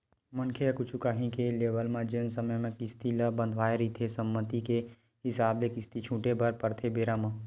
मनखे ह कुछु काही के लेवब म जेन समे म किस्ती ल बंधवाय रहिथे सहमति के हिसाब ले किस्ती ल छूटे बर परथे बेरा म